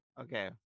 okay